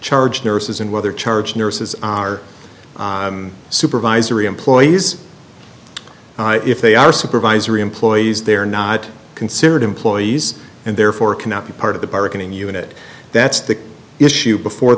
charge nurses and whether charge nurses are supervisory employees if they are supervisory employees they are not considered employees and therefore cannot be part of the bargaining unit that's the issue before